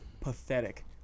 pathetic